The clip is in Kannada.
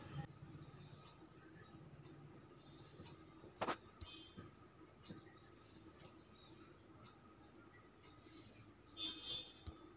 ಬೆಟ್ಟದ ಕೃಷಿ ಪದ್ಧತಿ ಮಲೆನಾಡಿನ ಸುತ್ತಮುತ್ತಲ ಸಸ್ಯ ಮತ್ತು ಪ್ರಾಣಿಯನ್ನು ಬೆಂಬಲಿಸುವಲ್ಲಿ ಮಹತ್ವದ್ ಪಾತ್ರ ವಹಿಸುತ್ವೆ